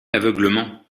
aveuglement